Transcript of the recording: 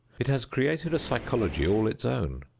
it has created a psychology all its own,